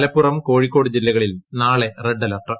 മലപ്പുറം കോഴിക്കോട് ജില്ലകളിൽ നാളെ red alert